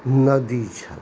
नदी छलै